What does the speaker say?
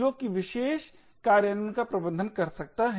जो कि विशेष malloc कार्यान्वयन का प्रबंधन कर सकता है